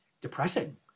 depressing